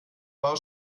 war